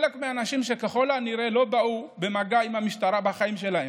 חלק מהאנשים ככל הנראה לא באו במגע עם המשטרה בחיים שלהם,